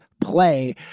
play